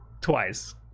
twice